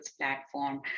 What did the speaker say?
platform